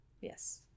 Yes